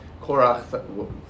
Korach